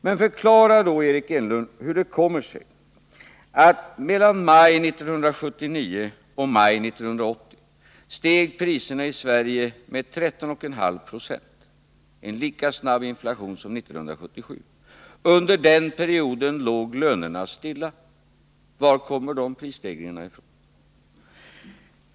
Men förklara då, Eric Enlund, hur det kommer sig att mellan maj 1979 och maj 1980 steg priserna i Sverige med 13,5 20, en lika snabb inflation som 1977. Under den perioden låg lönerna stilla. Var kom då prisstegringarna ifrån?